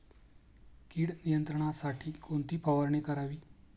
कीड नियंत्रणासाठी कोणती फवारणी करावी?